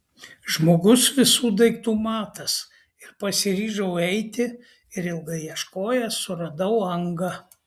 žmogus visų daiktų matas ir pasiryžau eiti ir ilgai ieškojęs suradau angą